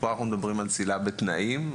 פה אנחנו מדברים על צלילה בתנאים,